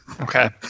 Okay